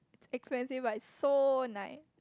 expensive but it's so nice